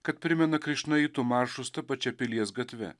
kad primena krišnaitų maršus ta pačia pilies gatve